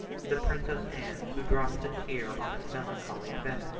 the princess anne, who drops a tear on this melancholy event,